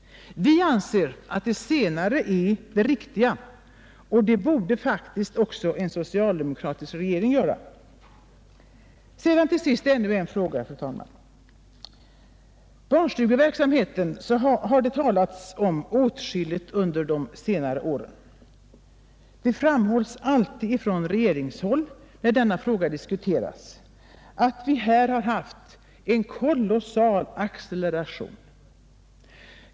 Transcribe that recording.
Vi anser att det senare är det riktiga, och det borde faktiskt också en socialdemokratisk regering göra. Till sist, fru talman, ännu en fråga. Barnstugeverksamheten har det talats om åtskilligt under de senare åren. Det framhålls alltid från regeringshåll när denna fråga diskuteras att vi här haft en kolossal acceleration.